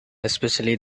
especially